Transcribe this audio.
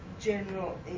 general